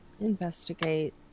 investigate